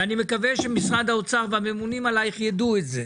ואני מקווה שמשרד האוצר והממונים עלייך יידעו את זה,